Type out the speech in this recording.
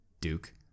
Duke